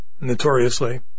notoriously